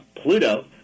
pluto